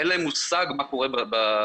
אין להם מושג מה קורה בחדר.